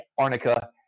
Arnica